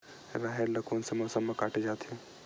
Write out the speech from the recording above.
राहेर ल कोन से मौसम म काटे जाथे?